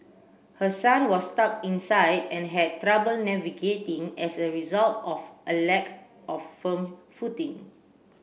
her son was stuck inside and had trouble navigating as a result of a lack of firm footing